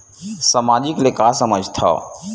सामाजिक ले का समझ थाव?